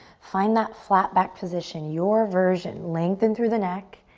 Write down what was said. find that flat back position, your version. lengthen through the neck,